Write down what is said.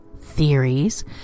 theories